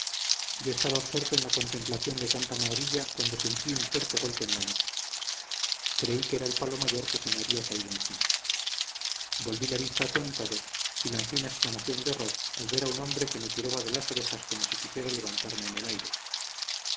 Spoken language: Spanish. yo estaba absorto en la contemplación de tanta maravilla cuando sentí un fuerte golpe en la nuca creí que el palo mayor se me había caído encima volví la vista atontado y lancé una exclamación de horror al ver a un hombre que me tiraba de las orejas como si quisiera levantarme en el aire